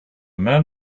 men